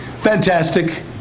fantastic